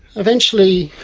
eventually